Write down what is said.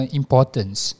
importance